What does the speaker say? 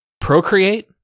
procreate